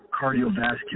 cardiovascular